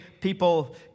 people